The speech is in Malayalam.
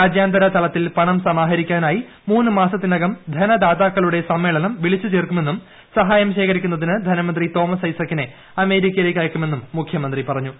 രാജ്യാന്തര തലത്തിൽ പണം സമാഹരിക്കാനായി മൂന്ന് മാസത്തിനകം ധനദാതാക്കളൂടെ സമ്മേളനം വിളിച്ചു ചേർക്കൂമെന്നൂം സഹായം ശേഖരിക്കുന്നതിന് ധനമന്ത്രി തോമസ് ഐസക്കിനെ അമേരിക്കയിലേക്ക് അയക്കുമെന്നും മുഖ്യമന്ത്രി പറഞ്ഞു